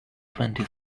twenty